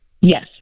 Yes